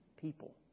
people